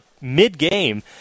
mid-game